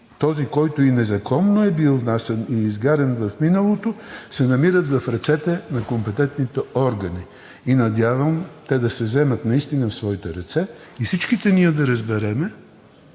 този, който незаконно е бил внасян и изгарян в миналото, се намират в ръцете на компетентните органи. Надявам се те да се вземат в ръце и всички ние да разберем